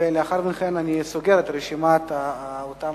ולאחר מכן אני סוגר את רשימת האנשים